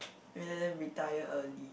ya ya then retire early